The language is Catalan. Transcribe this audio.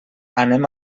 anem